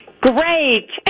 Great